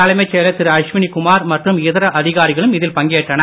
தலைமைச் செயலர் திரு அஸ்வினி குமார் மற்றும் இதர அதிகாரிகளும் இதில் பங்கேற்றனர்